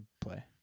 play